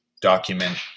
document